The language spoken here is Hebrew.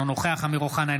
אינו נוכח אמיר אוחנה,